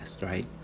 right